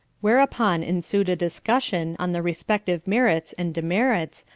whereupon ensued a discussion on the respective merits and demerits,